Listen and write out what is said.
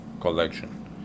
collection